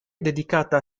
dedicata